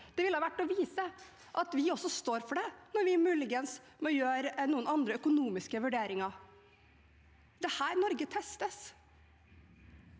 Det ville vært å vise at vi også står for det når vi muligens må gjøre noen andre økonomiske vurderinger. Det er her Norge testes,